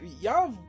y'all